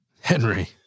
Henry